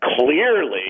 clearly